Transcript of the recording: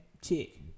chick